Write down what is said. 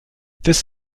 this